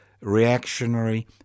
reactionary